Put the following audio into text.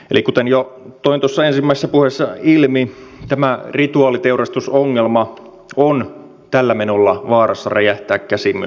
eli kuten jo toin ensimmäisessä puheessa ilmi tämä rituaaliteurastusongelma on tällä menolla vaarassa räjähtää käsiin myös meillä suomessa